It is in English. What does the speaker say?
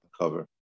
cover